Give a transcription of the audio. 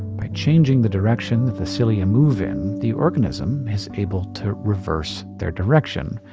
by changing the direction that the cilia move in, the organism is able to reverse their direction.